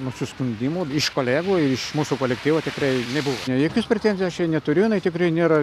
nusiskundimų iš kolegų ir iš mūsų kolektyvo tikrai nebuvo jokios pretenzijų aš jai neturiu jinai tikrai nėra